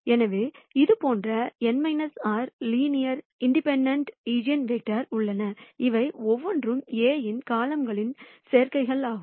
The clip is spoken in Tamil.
எனவே இது போன்ற n r linear linearly independent ஈஜென்வெக்டர்கள் உள்ளன இவை ஒவ்வொன்றும் A இன் காலம்கள்களின் சேர்க்கைகள் ஆகும்